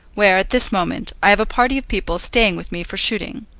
where at this moment i have a party of people staying with me for shooting.